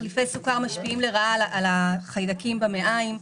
תחליפי סוכר משפיעים לרעה על החיידקים במעיים.